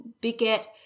beget